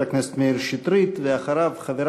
חבר